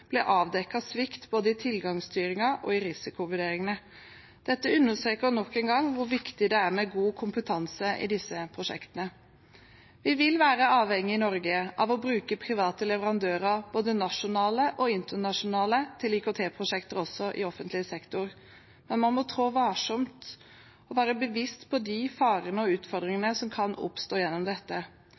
ble avdekket svikt både i tilgangsstyringen og i risikovurderingene. Dette understreker nok en gang hvor viktig det er med god kompetanse i disse prosjektene. Vi vil i Norge være avhengig av å bruke private leverandører, både nasjonale og internasjonale, til IKT-prosjekter, også i offentlig sektor. Da må man trå varsomt og være bevisst de farene og utfordringene som kan oppstå gjennom dette.